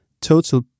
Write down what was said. total